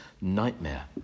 nightmare